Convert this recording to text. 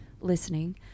listening